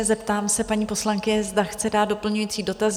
Zeptám se paní poslankyně, zda chce dát doplňující dotaz?